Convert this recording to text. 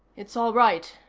it's all right,